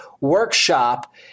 workshop